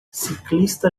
ciclista